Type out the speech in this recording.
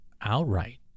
outright